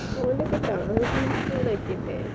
உனக்குதா:unakkuthaa